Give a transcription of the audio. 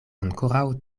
ankoraŭ